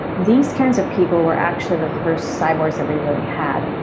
these kinds of people were actually the first cyborgs that we really had